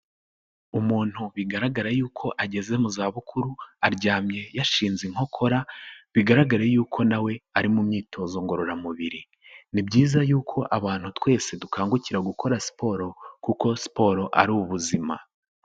Umuntu bigaragara y'uko ageze mu za bukuru aryamye yashinze inkokora bigaraga y'uko nawe ari mu myitozo ngororamubiri. Ni byiza y'uko abantu twese dukangukira gukora siporo kuko siporo ari ubuzima.